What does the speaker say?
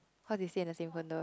cause they stay in the same condo